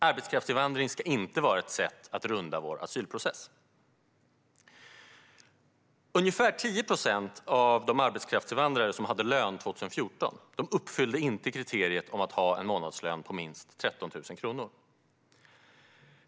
Arbetskraftsinvandring ska inte vara ett sätt att runda vår asylprocess. Ungefär 10 procent av de arbetskraftsinvandrare som hade lön 2014 uppfyllde inte kriteriet att ha en månadslön på minst 13 000 kronor.